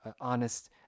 honest